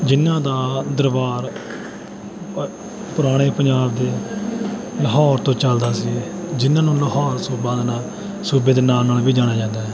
ਜਿਨ੍ਹਾਂ ਦਾ ਦਰਬਾਰ ਪੁਰਾਣੇ ਪੰਜਾਬ ਦੇ ਲਾਹੌਰ ਤੋਂ ਚੱਲਦਾ ਸੀ ਜਿਨ੍ਹਾਂ ਨੂੰ ਲਾਹੌਰ ਸੂਬਾ ਨਾਂ ਸੂਬੇ ਦੇ ਨਾਂ ਨਾਲ ਵੀ ਜਾਣਿਆ ਜਾਂਦਾ ਹੈ